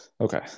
okay